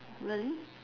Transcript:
really